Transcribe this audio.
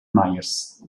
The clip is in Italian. myers